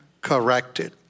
corrected